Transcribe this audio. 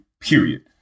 Period